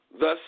Thus